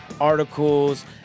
articles